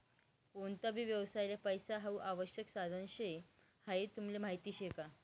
कोणता भी व्यवसायले पैसा हाऊ आवश्यक साधन शे हाई तुमले माहीत शे का?